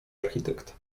architekt